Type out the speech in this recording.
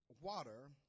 water